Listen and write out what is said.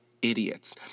idiots